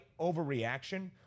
overreaction